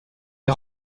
est